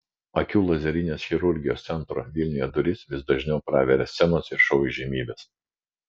akių lazerinės chirurgijos centro vilniuje duris vis dažniau praveria scenos ir šou įžymybės